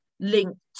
linked